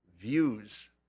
views